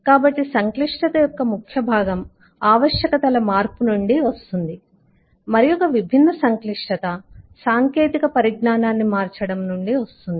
కాబట్టి సంక్లిష్టత యొక్క ముఖ్య భాగం ఆవశ్యకతల మార్పు నుండి వస్తుంది మరియొక విభిన్న సంక్లిష్టత సాంకేతిక పరిజ్ఞానాన్ని మార్చడం నుండి వస్తుంది